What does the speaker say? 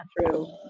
true